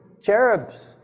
cherubs